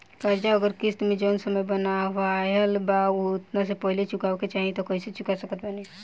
कर्जा अगर किश्त मे जऊन समय बनहाएल बा ओतना से पहिले चुकावे के चाहीं त कइसे चुका सकत बानी?